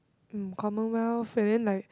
um Commonwealth and then like